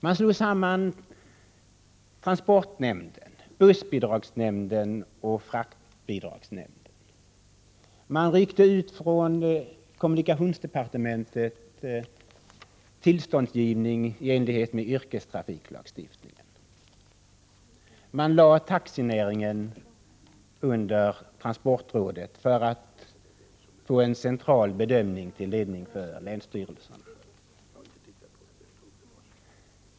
Man slog samman transportnämnden, bussbidragsnämnden och fraktbidragsnämnden. Man ryckte ut från kommunikationsdepartementet till ståndsgivning i enlighet med yrkestrafiklagstiftningen. Man lade taxinäringen under transportrådet för att få en central bedömning till ledning för länsstyrelserna.